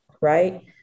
Right